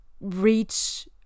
reach